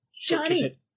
Johnny